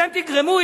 אתם תגרמו,